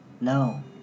No